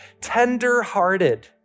tenderhearted